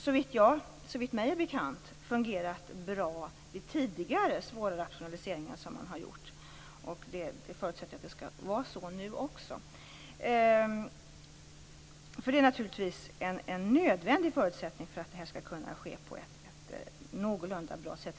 Såvitt jag vet har det fungerat bra vid tidigare stora rationaliseringar som har genomförts. Jag förutsätter att det fungerar likadant nu också. Det är naturligtvis en nödvändig förutsättning för att detta skall kunna ske på ett någorlunda bra sätt.